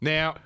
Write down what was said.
Now